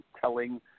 telling